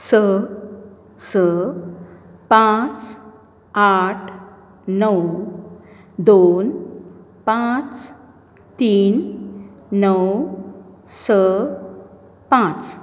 स स पांच आठ णव दोन पांच तीन णव स पांच